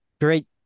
great